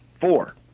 Four